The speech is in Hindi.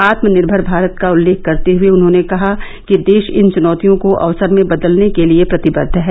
आत्मानिर्मर भारत का उल्लेख करते हए उन्होंने कहा कि देश इन चुनौतियों को अवसर में बदलने के लिए प्रतिबद्ध है